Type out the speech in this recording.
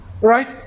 right